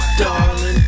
darling